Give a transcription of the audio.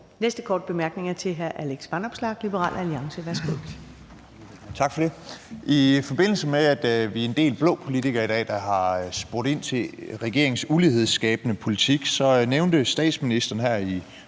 næste korte bemærkning er til hr. Alex Vanopslagh, Liberal Alliance. Værsgo. Kl. 22:24 Alex Vanopslagh (LA) : Tak for det. I forbindelse med at vi i dag er en del blå politikere, der har spurgt ind til regeringens ulighedsskabende politik, så bød statsministeren her i